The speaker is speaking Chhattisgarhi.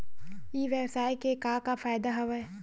ई व्यवसाय के का का फ़ायदा हवय?